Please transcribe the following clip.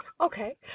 Okay